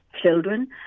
children